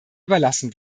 überlassen